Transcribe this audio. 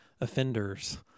offenders